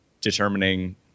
determining